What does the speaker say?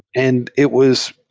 and it was